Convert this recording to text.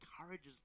encourages